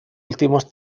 últimos